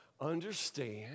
understand